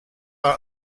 out